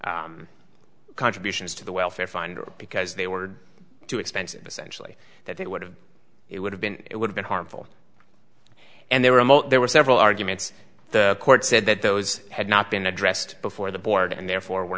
make contributions to the welfare fund or because they were too expensive essentially that it would have it would have been it would've been harmful and there were there were several arguments the court said that those had not been addressed before the board and therefore were